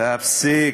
תפסיק.